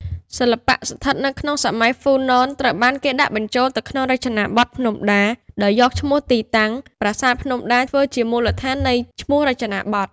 សិល្បៈស្ថិតនៅក្នុង សម័យហ៊្វូណនត្រូវបានគេដាក់បញ្ចូលទៅក្នុងចេនាបថភ្នំដាដោយយកឈ្មោះទីតាំង ប្រាសាទភ្នំដាធ្វើជាមូលដ្ឋាននៃឈ្មោះរចនាបថ។